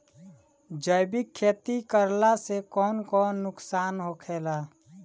जैविक खेती करला से कौन कौन नुकसान होखेला?